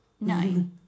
No